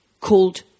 called